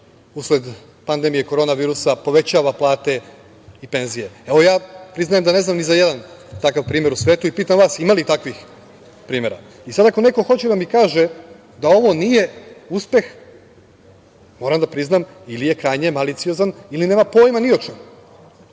usled pandemije korona virusa, povećava plate i penzije? Priznajem da ne znam ni za jedan takav primer u svetu, ali pitam vas da li ima takvih primera? Sada ako neko hoće da mi kaže da ovo nije uspeh, moram da priznam ili je krajnje maliciozan ili nema pojma ni o čemu. Vi